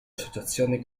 associazione